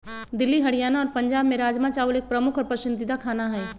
दिल्ली हरियाणा और पंजाब में राजमा चावल एक प्रमुख और पसंदीदा खाना हई